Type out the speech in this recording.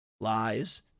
Lies